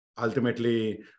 ultimately